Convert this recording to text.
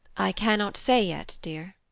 i cannot say yet, dear.